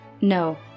No